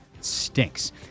stinks